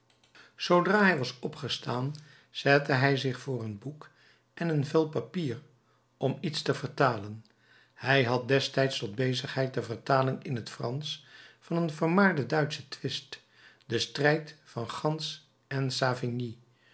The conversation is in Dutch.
zoodra hij was opgestaan zette hij zich voor een boek en een vel papier om iets te vertalen hij had destijds tot bezigheid de vertaling in t fransch van een vermaarden duitschen twist den strijd van gans en savigny